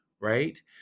right